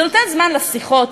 זה נותן זמן לשיחות,